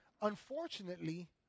Unfortunately